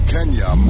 Kenya